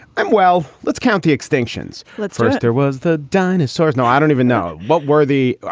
i'm well. let's count the extinctions. let's first there was the dinosaurs. no, i don't even know what worthy.